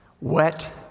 wet